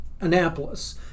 Annapolis